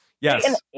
yes